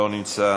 אינו נוכח,